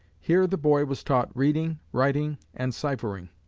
here the boy was taught reading, writing, and ciphering.